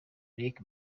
riek